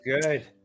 good